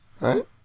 Right